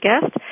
guest